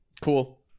Cool